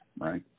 Right